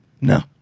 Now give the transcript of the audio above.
No